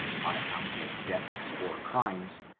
on account of debts or crimes,